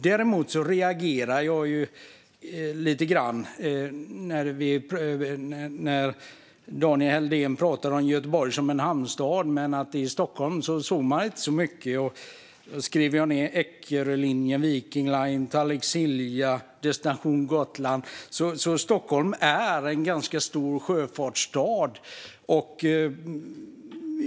Däremot reagerar jag lite grann när Daniel Helldén pratar om Göteborg som en hamnstad men att man i Stockholm inte ser så mycket av hamnen. Jag har nu suttit här och skrivit ned Eckerölinjen, Viking Line, Tallink Silja och Destination Gotland. Stockholm är en stor sjöfartsstad.